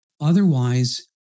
Otherwise